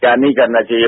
क्या नहीं करना चाहिये